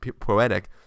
poetic